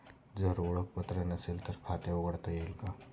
जर ओळखपत्र नसेल तर खाते उघडता येईल का?